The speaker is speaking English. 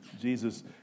Jesus